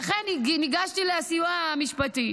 לכן ניגשתי לסיוע המשפטי